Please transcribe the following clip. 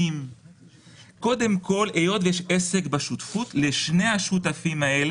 קרנות הון סיכון ושותפויות השקעה בנכס